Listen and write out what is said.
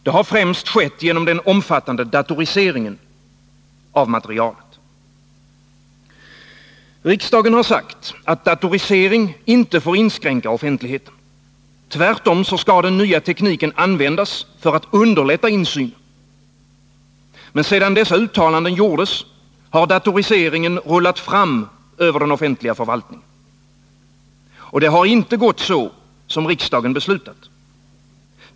Det har främst skett genom den omfattande datoriseringen av materialet. Riksdagen har sagt att datorisering inte får inskränka offentligheten. Tvärtom skall den nya tekniken användas för att underlätta insynen. Men sedan dessa uttalanden gjordes har datoriseringen rullat fram över den offentliga förvaltningen, och det har inte gått så som riksdagen beslutat.